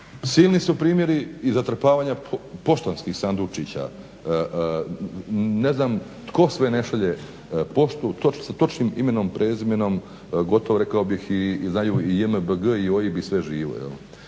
Silini su primjeri i zatrpavanja poštanskih sandučića. Ne znam tko sve ne šalje poštu sa točnim imenom i prezimenom, gotovo rekao bih znaju i JMBG i OIB i sve živo.